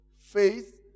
Faith